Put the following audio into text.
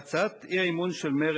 הצעת האי-אמון של מרצ,